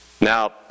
Now